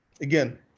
again